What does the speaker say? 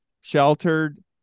sheltered